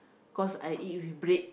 cause I eat with bread